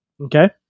Okay